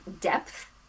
depth